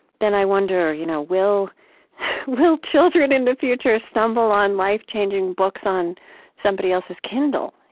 then i wonder you know will will children in the future stumble on life-changing books on somebody else's kindle?